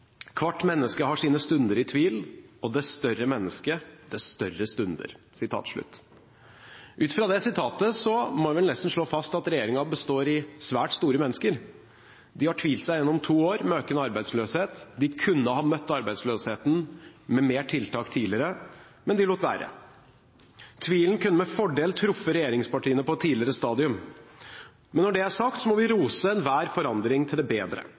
menneske har sine stunder i tvil, og dess større menneske, dess større stunder». Ut fra det sitatet må jeg vel nesten slå fast at regjeringen består av svært store mennesker. De har tvilt seg gjennom to år med økende arbeidsløshet. De kunne ha møtt arbeidsløsheten med flere tiltak tidligere, men de lot være. Tvilen kunne med fordel ha truffet regjeringspartiene på et tidligere stadium. Men når det er sagt, må vi rose enhver forandring til det bedre.